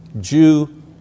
Jew